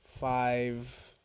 five